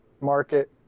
market